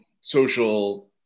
social